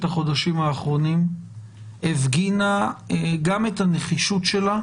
החודשים האחרונים הפגינה גם את הנחישות שלה